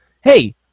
Hey